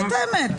זאת האמת.